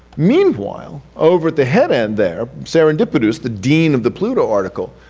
meanwhile, over at the head end there, serendipodous, the dean of the pluto article,